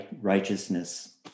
righteousness